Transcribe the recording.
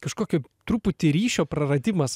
kažkokio truputį ryšio praradimas